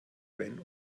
wenn